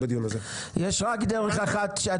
פעם אחרונה שצעקת עליי בדיון הזה.